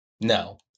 No